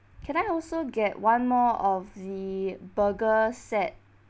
can I also get one more of the burger set